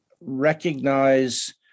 recognize